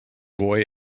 boy